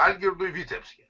algirdui vitebske